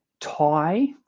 tie